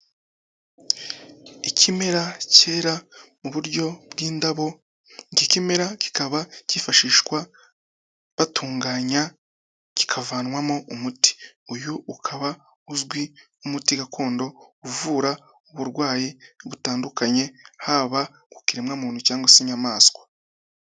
Ikimera cyera mu buryo bw'indabo, iki kimera kikaba cyifashishwa batunganya kikavanwamo umuti, uyu ukaba uzwi nk'umuti gakondo uvura uburwayi butandukanye haba ku kiremwamuntu cyangwase inyamaswa.